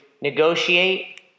negotiate